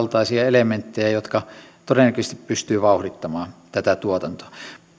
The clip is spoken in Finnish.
senkaltaisia elementtejä jotka todennäköisesti pystyvät vauhdittamaan tätä tuotantoa